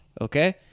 Okay